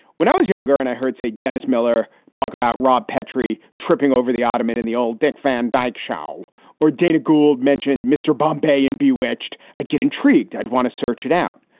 when i was younger and i heard say, dennis miller talk about rob petrie tripping over the ottoman and the old dick van dyke show or dana gould mentioned mr. bombay and bewitched, i'd get intrigued. i'd want to search it out.